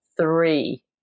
three